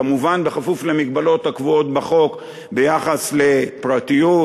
כמובן בכפוף למגבלות הקבועות בחוק ביחס לפרטיות,